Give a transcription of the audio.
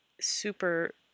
super